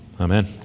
Amen